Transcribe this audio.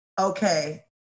Okay